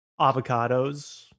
Avocados